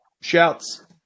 shouts